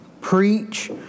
preach